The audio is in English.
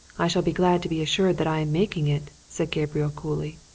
i shall be glad to be assured that i am making it, said gabriel coolly.